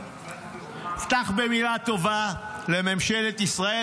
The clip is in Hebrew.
אפתח במילה טובה לממשלת ישראל,